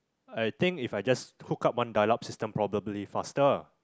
I think if I just hook up one dial up system probably faster